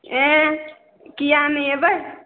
एह किआ नहि अयबै